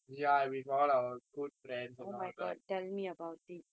ya with all our good friends and all right